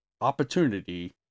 opportunity